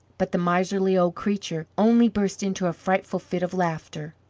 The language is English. but the miserly old creature only burst into a frightful fit of laughter.